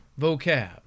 vocab